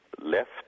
left